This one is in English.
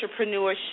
entrepreneurship